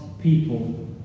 people